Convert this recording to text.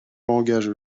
langage